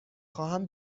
خواهم